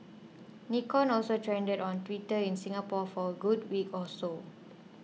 Nikon also trended on Twitter in Singapore for a good week or so